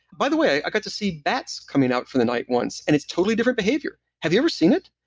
by the way, i got to see bats coming out for the night once, and it's totally different behavior. have you ever seen it?